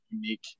unique